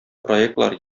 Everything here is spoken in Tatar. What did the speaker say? проектлар